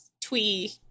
twee